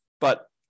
but-